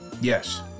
yes